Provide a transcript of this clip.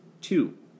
Two